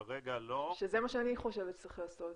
שזה מה שאני חושבת שצריך לעשות,